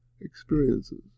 experiences